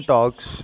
Talks